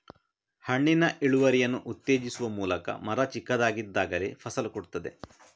ಹಣ್ಣಿನ ಇಳುವರಿಯನ್ನು ಉತ್ತೇಜಿಸುವ ಮೂಲಕ ಮರ ಚಿಕ್ಕದಾಗಿದ್ದಾಗಲೇ ಫಸಲು ಕೊಡ್ತದೆ